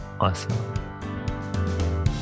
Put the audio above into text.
Awesome